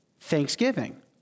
thanksgiving